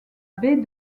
baie